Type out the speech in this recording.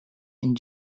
and